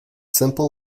simple